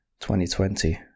2020